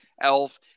Elf